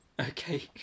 Okay